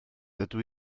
dydw